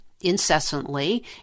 incessantly